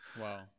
wow